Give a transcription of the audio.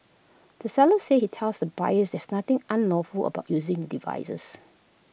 the seller said he tells the buyers there's nothing unlawful about using devices